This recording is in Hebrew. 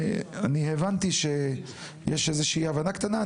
אני הבנתי שיש איזו אי הבנה קטנה,